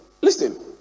listen